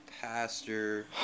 pastor